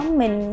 mình